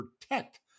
protect